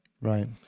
Right